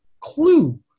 clue